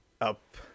up